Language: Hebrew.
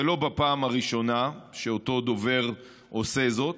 וזו לא הפעם הראשונה שאותו דובר עושה זאת: